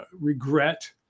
regret